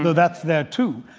that's there too.